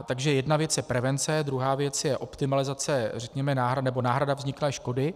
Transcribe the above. Takže jedna věc je prevence, druhá věc je optimalizace řekněme, nebo náhrada vzniklé škody.